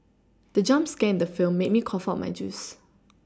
the jump scare in the film made me cough out my juice